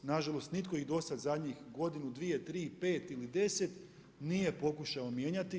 Nažalost, nitko do sada za njih godinu, dvije, tri, pet ili deset nije pokušao mijenjati.